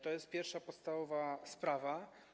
To jest pierwsza, podstawowa sprawa.